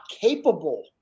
capable